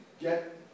get